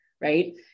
right